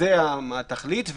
זאת התכלית.